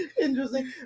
interesting